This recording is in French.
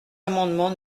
amendement